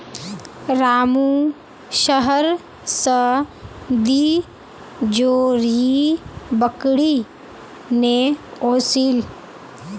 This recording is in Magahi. रामू शहर स दी जोड़ी बकरी ने ओसील